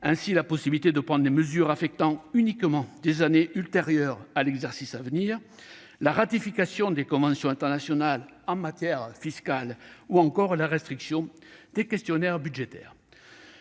de la possibilité de prendre des mesures affectant uniquement des années ultérieures à l'exercice à venir, la ratification des conventions internationales en matière fiscale, ou encore la restriction des questionnaires budgétaires.